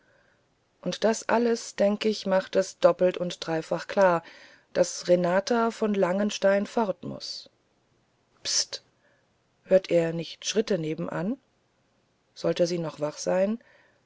und das alles denk ich macht es doppelt und dreifach klar daß renata von langenstein fort muß pst hört er nicht schritte nebenan sollte sie noch wach sein